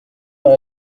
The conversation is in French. vers